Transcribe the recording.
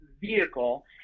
vehicle